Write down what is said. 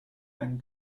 beim